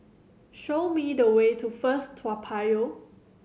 show me the way to First Toa Payoh